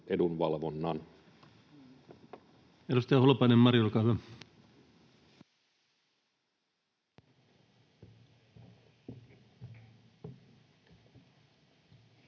Edustaja Hoskonen, olkaa hyvä.